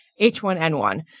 H1N1